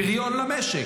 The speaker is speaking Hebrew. פחות פריון למשק.